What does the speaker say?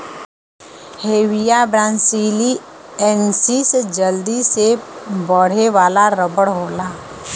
Hevea brasiliensis जल्दी से बढ़े वाला रबर होला